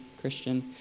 Christian